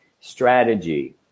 strategy